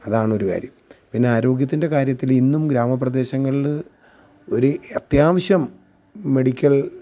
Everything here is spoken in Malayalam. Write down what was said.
അതാണൊരു കാര്യം പിന്നെ ആരോഗ്യത്തിൻ്റെ കാര്യത്തിൽ ഇന്നും ഗ്രാമപ്രദേശങ്ങളിൽ ഒരു അത്യാവശ്യം മെഡിക്കൽ